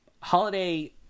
Holiday